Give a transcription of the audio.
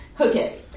Okay